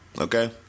Okay